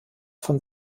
von